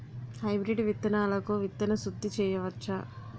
Hybrid విత్తనాలకు విత్తన శుద్ది చేయవచ్చ?